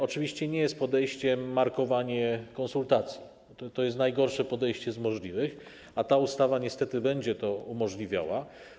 Oczywiście nie jest podejściem markowanie konsultacji, to jest najgorsze podejście z możliwych, a ta ustawa niestety będzie to umożliwiała.